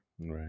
Right